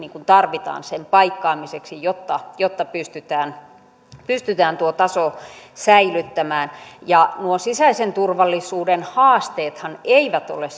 tarvitaan sen paikkaamiseksi jotta jotta pystytään pystytään tuo taso säilyttämään nuo sisäisen turvallisuuden haasteethan eivät ole